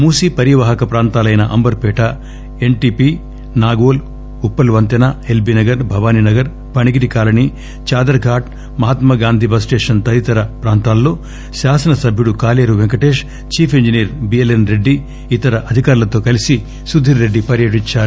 మూసీనది పరీవాహక ప్రాంతమైన Amberpet S T P Nagole Uppal వంతెన L B Nagar Bhavani Nagar Phanigiri colony Chaderghat Mahatma Gandhi bus station తదితర ప్రాంతాల్లో శాసనసభ్యుడు Kaleru Venkatesh chief engineer B L S Reddy ఇతర అధికారులతో కలిసి సుధీర్ రెడ్డి పర్వటించారు